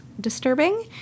disturbing